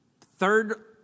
third